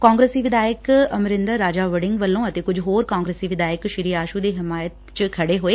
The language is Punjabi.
ਕਾਂਗਰਸੀ ਵਿਧਾਇਕ ਅਮਰਿੰਦਰ ਰਾਜਾ ਵੜਿੰਗ ਵੱਲੋਂ ਅਤੇ ਕੁਝ ਹੋਰ ਕਾਂਗਰਸੀ ਵਿਧਾਇਕ ਸ੍ਰੀ ਆਸੂ ਦੀ ਹਿਮਾਇਤ ਚ ਖੜੇ ਹੋਏ